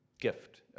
gift